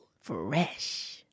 Fresh